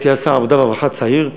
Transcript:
הייתי אז שר עבודה ורווחה צעיר,